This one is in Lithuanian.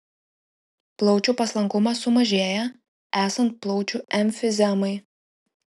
plaučių paslankumas sumažėja esant plaučių emfizemai